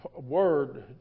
word